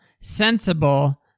sensible